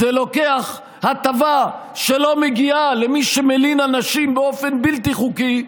זה לוקח הטבה שלא מגיעה למי שמלין אנשים באופן בלתי חוקי,